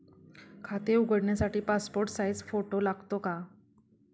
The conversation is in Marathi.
खाते उघडण्यासाठी पासपोर्ट साइज फोटो लागतो का?